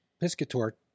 Piscator